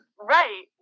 Right